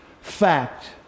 Fact